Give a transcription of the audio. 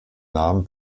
namen